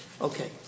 Okay